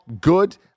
good